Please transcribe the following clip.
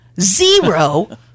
Zero